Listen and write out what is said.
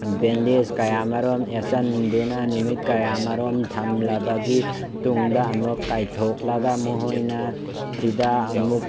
bandage ꯀꯌꯥꯃꯔꯨꯝ ꯌꯦꯠꯁꯤꯟꯗꯨꯅ ꯅꯨꯃꯤꯠ ꯀꯌꯥꯃꯔꯨꯝ ꯊꯝꯂꯕꯒꯤ ꯇꯨꯡꯗ ꯑꯃꯨꯛ ꯀꯥꯏꯊꯣꯛꯂꯒ ꯃꯣꯈꯣꯏꯅ ꯍꯤꯗꯥꯛ ꯑꯃꯨꯛ